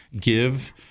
give